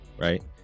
right